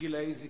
גילאי זיקנה.